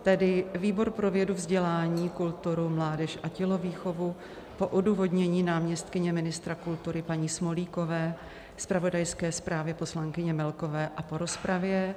Tedy výbor pro vědu, vzdělání, kulturu, mládež a tělovýchovu po odůvodnění náměstkyně ministra kultury paní Smolíkové, zpravodajské zprávě poslankyně Melkové a po rozpravě